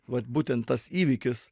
vat būtent tas įvykis